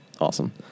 awesome